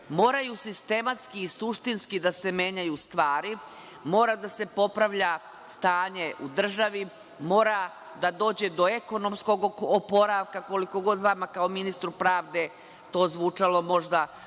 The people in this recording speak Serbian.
moraju sistematski i suštinski da se menjaju stvari, mora da se popravlja stanje u državi, mora da dođe do ekonomskog oporavka, koliko god to vama kao ministru pravde to zvučalo možda da nema